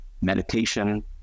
meditation